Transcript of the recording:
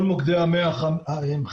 כל מוקדי ה-100 חדשים.